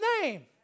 name